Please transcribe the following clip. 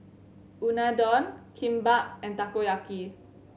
Unadon Kimbap and Takoyaki